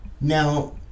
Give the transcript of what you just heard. Now